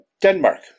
Denmark